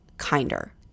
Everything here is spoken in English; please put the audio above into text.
kinder